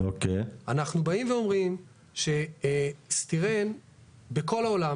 אנחנו באים ואומרים שסטירן בכל העולם,